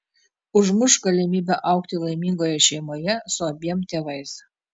užmuš galimybę augti laimingoje šeimoje su abiem tėvais